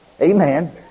Amen